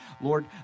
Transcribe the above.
Lord